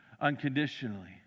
unconditionally